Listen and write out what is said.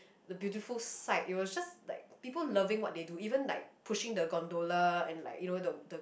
the beautiful sight it was just like people loving what they do even like pushing the gondola and like you know the the